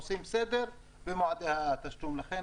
עושים סדר במועדי התשלום ולכן,